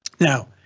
Now